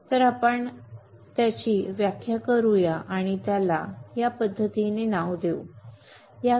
तर आपण त्याची व्याख्या करूया आणि त्याला या पद्धतीने नाव देऊ या